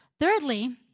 Thirdly